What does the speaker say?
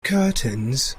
curtains